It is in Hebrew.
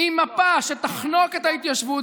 היא מפה שתחנוק את ההתיישבות,